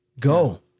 Go